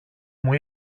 μου